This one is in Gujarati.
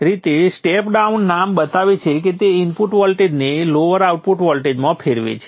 જેવી રીતે સ્ટેપ ડાઉન નામ બતાવે છે કે તે ઇનપુટ વોલ્ટેજને લોઅર આઉટપુટ વોલ્ટેજમાં ફેરવે છે